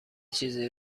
چیزی